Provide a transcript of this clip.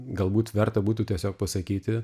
galbūt verta būtų tiesiog pasakyti